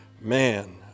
man